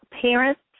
parents